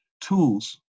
tools